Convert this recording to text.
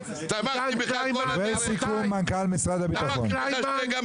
צריך לזרוק אותו כי הוא נכנס להלם קרב רק מעצם זה ששמו לו